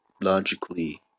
logically